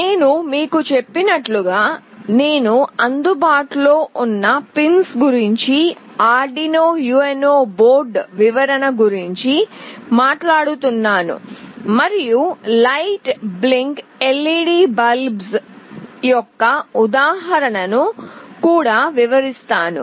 నేను మీకు చెప్పినట్లుగా నేను అందుబాటులో ఉన్న పిన్స్ గురించి Arduino UNO బోర్డు వివరణ గురించి మాట్లాడుతున్నాను మరియు లైట్ బ్లింక్ LED బల్బ్ యొక్క ఉదాహరణను కూడా వివరిస్తాను